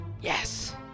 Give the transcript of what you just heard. Yes